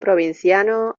provinciano